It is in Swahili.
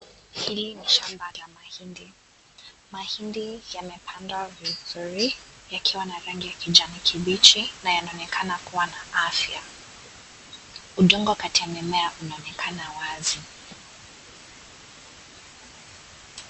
Hili ni shamba la mahindi. Mahindi yamepandwa vizuri yakiwa na rangi ya kijani kibichi na yanaonekana kuwa na afya. Udongo kati ya mimea unaonekana wazi.